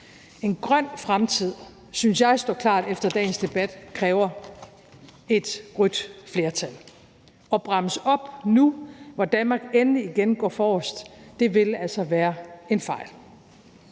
En grøn fremtid – det synes jeg står klart efter dagens debat – kræver et rødt flertal. At bremse op nu, hvor Danmark endelig igen går forrest, vil altså være en fejl.